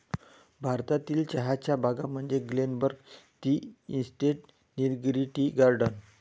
भारतातील चहाच्या बागा म्हणजे Glenburn tea estate, Nilgiri tea garden